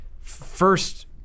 first